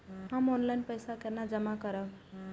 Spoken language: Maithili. हम ऑनलाइन पैसा केना जमा करब?